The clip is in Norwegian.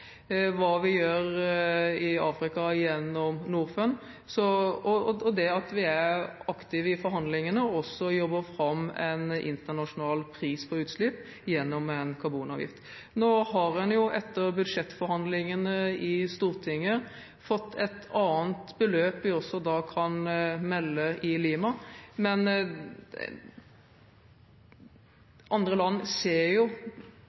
hva vi gjør i Afrika gjennom Norfund, og for at vi er aktive i forhandlingene og også jobber fram en internasjonal pris på utslipp gjennom en karbonavgift. Nå har en etter budsjettforhandlingene i Stortinget fått et annet beløp vi også kan melde i Lima, men andre land ser